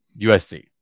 USC